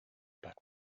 back